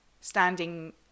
standing